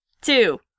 two